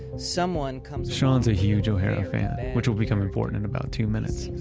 someone comes sean's a huge o'hara fan, which will become important in about two minutes.